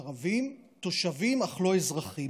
ערבים, תושבים אך לא אזרחים.